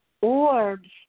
Orbs